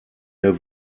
der